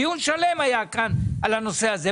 דיון שלם היה כאן על הנושא הזה,